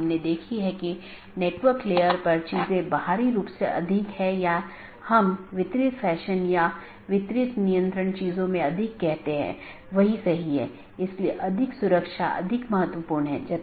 हमारे पास EBGP बाहरी BGP है जो कि ASes के बीच संचार करने के लिए इस्तेमाल करते हैं औरबी दूसरा IBGP जो कि AS के अन्दर संवाद करने